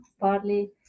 partly